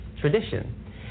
tradition